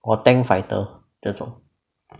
or tank fighter 这种